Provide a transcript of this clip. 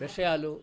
విషయాలు